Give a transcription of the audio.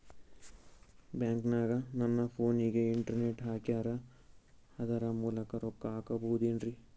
ಬ್ಯಾಂಕನಗ ನನ್ನ ಫೋನಗೆ ಇಂಟರ್ನೆಟ್ ಹಾಕ್ಯಾರ ಅದರ ಮೂಲಕ ರೊಕ್ಕ ಹಾಕಬಹುದೇನ್ರಿ?